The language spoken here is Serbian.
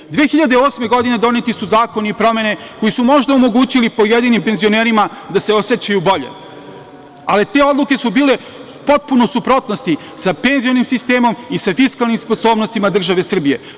Godine 2008. doneti su zakoni i promene koji su možda omogućili pojedinim penzionerima da se osećaju bolje, ali te odluke su bile potpuno u suprotnosti sa penzionim sistemom i sa fiskalnim sposobnostima države Srbije.